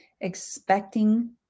expecting